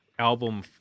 album